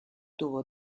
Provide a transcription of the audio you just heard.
tuvo